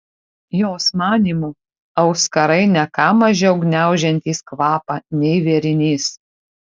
jos manymu auskarai ne ką mažiau gniaužiantys kvapą nei vėrinys